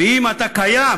ואם אתה קיים,